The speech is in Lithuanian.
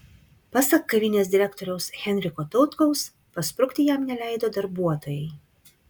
pasak kavinės direktoriaus henriko tautkaus pasprukti jam neleido darbuotojai